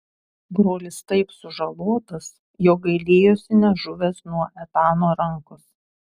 brolis taip sužalotas jog gailėjosi nežuvęs nuo etano rankos